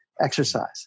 exercise